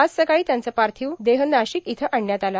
आज सकाळी त्यांचा पार्थिव देह नाशिक इथं आणण्यात आला